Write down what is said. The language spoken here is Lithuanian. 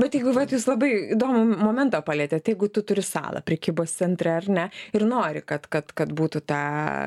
bet jeigu vat jūs labai įdomų momentą palietėt jeigu tu turi salą prekybos centre ar ne ir nori kad kad kad būtų ta